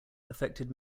affected